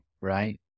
right